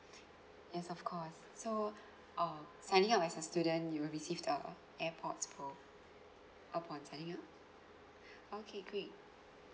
yes of course so uh signing up as a student you will receive the airpods pro upon signing up okay great